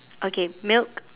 okay milk